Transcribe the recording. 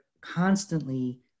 constantly